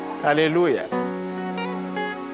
hallelujah